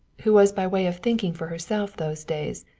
who was by way of thinking for herself those days,